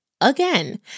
again